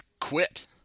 quit